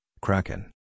Kraken